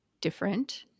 different